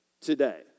today